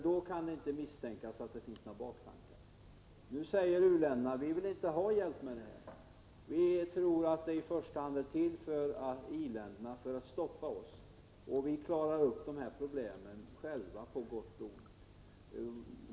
Då kan vi inte misstänkas för att ha några baktankar. 153 Vi vill inte ha hjälp, säger u-länderna, för vi tror att en sådan klausul i 15 december 1987 första hand är till för att stoppa oss. Vi klarar upp problemen själva på gott och ont.